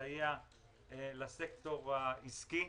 שתסייע לסקטור העסקי